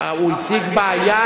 הוא הציג בעיה